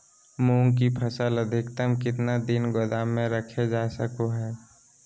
मूंग की फसल अधिकतम कितना दिन गोदाम में रखे जा सको हय?